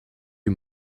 you